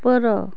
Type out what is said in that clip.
ଉପର